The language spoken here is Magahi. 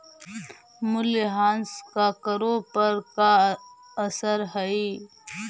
मूल्यह्रास का करों पर का असर हई